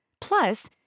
Plus